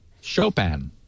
Chopin